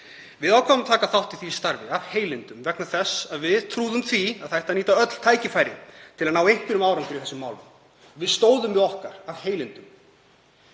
Við ákváðum að taka þátt í því starfi af heilindum vegna þess að við trúðum því að það ætti að nýta öll tækifæri til að ná einhverjum árangri í þessum málum. Við stóðum við okkar af heilindum.